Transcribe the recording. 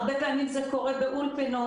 הרבה פעמים זה קורה באולפנות,